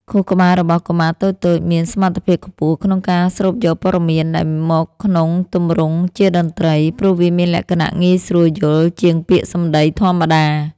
ខួរក្បាលរបស់កុមារតូចៗមានសមត្ថភាពខ្ពស់ក្នុងការស្រូបយកព័ត៌មានដែលមកក្នុងទម្រង់ជាតន្ត្រី ព្រោះវាមានលក្ខណៈងាយស្រួលយល់ជាងពាក្យសម្តីធម្មតា។